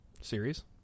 Series